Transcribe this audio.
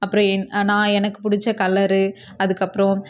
அப்புறம் என் நான் எனக்கு பிடிச்ச கலரு அதுக்கப்றம்